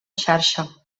xarxa